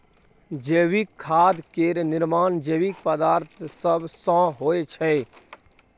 जैविक खाद केर निर्माण जैविक पदार्थ सब सँ होइ छै